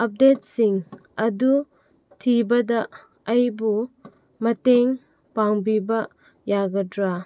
ꯑꯞꯗꯦꯠꯁꯤꯡ ꯑꯗꯨ ꯊꯤꯕꯗ ꯑꯩꯕꯨ ꯃꯇꯦꯡ ꯄꯥꯡꯕꯤꯕ ꯌꯥꯒꯗ꯭ꯔꯥ